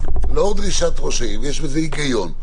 לאור דרישת ראש העיר יש בזה היגיון.